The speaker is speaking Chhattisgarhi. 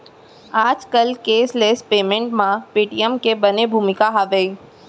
आज केसलेस पेमेंट म पेटीएम के बने भूमिका हावय